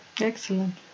Excellent